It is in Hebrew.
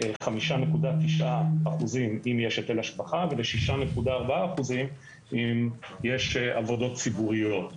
ל-5.9% אם יש היטל השבחה ול-6.4% אם יש עבודות ציבוריות.